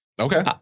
Okay